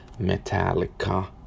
Metallica